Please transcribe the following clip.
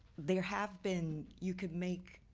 there have been you could make.